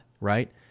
right